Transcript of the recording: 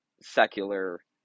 secular